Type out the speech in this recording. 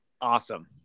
Awesome